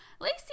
Lacey